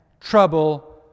trouble